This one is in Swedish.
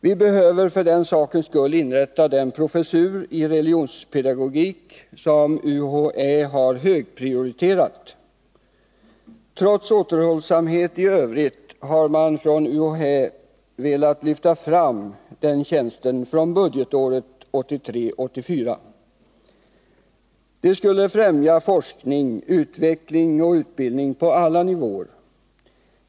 Vi behöver för den sakens skull inrätta den professur i religionspedagogik som UHÄ har högprioriterat. Trots återhållsamhet i övrigt har UHÄ velat lyfta fram den tjänsten från budgetåret 1983/84. Detta skulle främja forskning, utveckling och utbildning på alla nivåer.